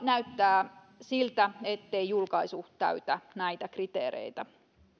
näyttää siltä ettei julkaisu täytä näitä kriteereitä